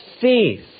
faith